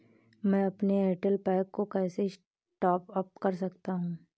मैं अपने Airtel pack को कैसे टॉप अप कर सकता हूँ?